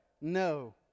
no